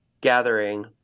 gathering